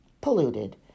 polluted